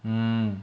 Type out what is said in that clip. mm